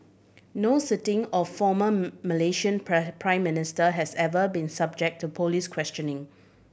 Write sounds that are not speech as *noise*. no sitting or former *unintelligible* Malaysian *unintelligible* Prime Minister has ever been subject to police questioning